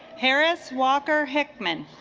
harris walker hickman